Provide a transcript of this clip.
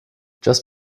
just